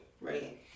right